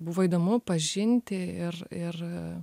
buvo įdomu pažinti ir ir a